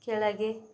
ಕೆಳಗೆ